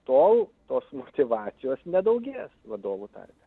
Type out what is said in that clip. tol tos motyvacijos nedaugės vadovų tarpe